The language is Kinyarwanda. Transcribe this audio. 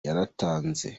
yaratanze